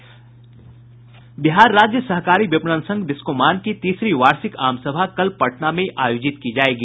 बिहार राज्य सहकारी विपणन संघ बिस्कोमान की तीसरी वार्षिक आमसभा कल पटना में आयोजित की जायेगी